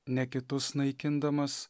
ne kitus naikindamas